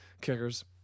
kickers